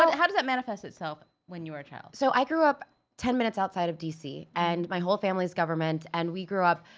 um how does that manifest itself when you were a child? so, i grew up ten minutes outside of dc and my whole family's government and we grew up,